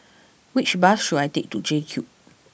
which bus should I take to J Cube